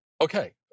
Okay